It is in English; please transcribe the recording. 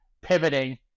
pivoting